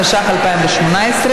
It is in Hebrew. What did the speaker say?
התשע"ח 2018,